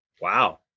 Wow